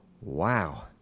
Wow